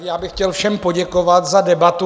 Já bych chtěl všem poděkovat za debatu.